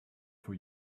for